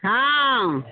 हँ